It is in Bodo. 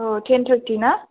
टेन थारटि ना